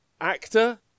actor